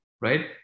right